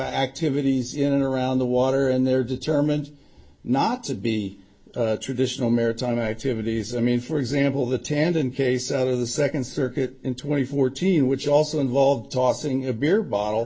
activities in and around the water and they're determined not to be traditional maritime activities i mean for example the tandon case out of the second circuit in twenty fourteen which also involved tossing a beer bottle